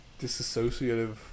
disassociative